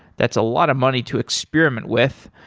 that's a lot of money to experiment with.